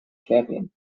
champion